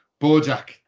Bojack